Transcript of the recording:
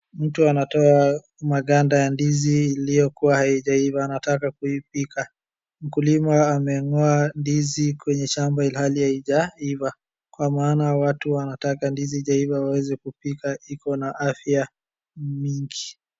Mtu anatoa maganda ya ndizi iliyokuwa haijaiva anataka kuipika. Mkulima ame'ng'oa ndizi kwenye shamba ilhali haijaiva. Kwa maana watu wanataka ndizi haijaiva waweze kupika iko na afya mingi.